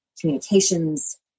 communications